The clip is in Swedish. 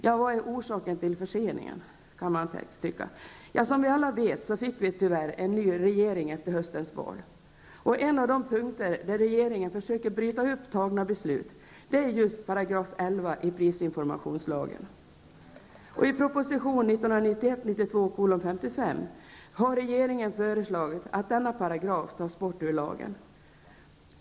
Men vad är orsaken till förseningen? Som vi alla vet fick vi tyvärr en ny regering efter höstens val. En av de punkter där regeringen försöker bryta upp fattade beslut är just 11 § i prisinformationslagen. I proposition 1991/92:55 har regeringen föreslagit att denna paragraf tas bort ur lagen.